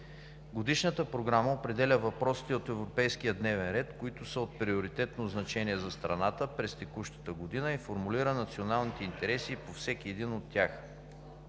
Годишната програма определя въпросите от европейския дневен ред, които са от приоритетно значение за страната през текущата година и формулира националния интерес по всеки един от тях.